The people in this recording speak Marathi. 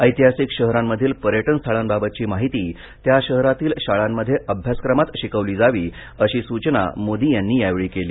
ऐतिहासिक शहरांमधील पर्यटनस्थळांबाबतची माहिती त्या शहरातील शाळांमध्ये अभ्यासक्रमात शिकवली जावी अशी सुचना मोदी यांनी यावेळी केली